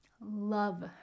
love